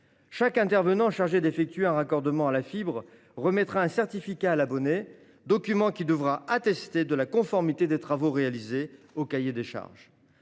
Chaque intervenant chargé d'effectuer un raccordement à la fibre remettra à l'abonné un certificat attestant de la conformité des travaux réalisés au cahier des charges.